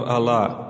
Allah